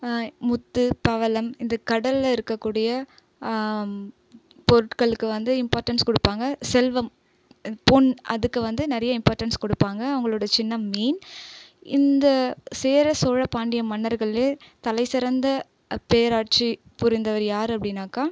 முத்து பவளம் இந்த கடலில் இருக்கக்கூடிய பொருட்களுக்கு வந்து இம்பார்ட்டன்ஸ் கொடுப்பாங்க செல்வம் பொன் அதுக்கு வந்து நிறைய இம்பார்ட்டன்ஸ் கொடுப்பாங்க அவங்களோட சின்னம் மீன் இந்த சேர சோழ பாண்டிய மன்னர்கள்லேயே தலை சிறந்த பேராட்சி புரிந்தவர் யாரு அப்படின்னாக்கா